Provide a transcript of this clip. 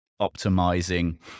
optimizing